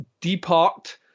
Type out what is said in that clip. depart